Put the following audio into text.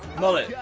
mullet! yeah